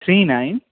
three nine